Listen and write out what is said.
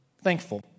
Thankful